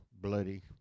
bloody